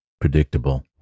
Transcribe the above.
predictable